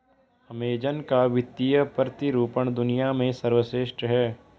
Amazon का वित्तीय प्रतिरूपण दुनिया में सर्वश्रेष्ठ है